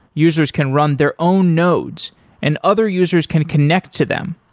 users can run their own nodes and other users can connect to them.